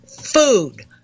food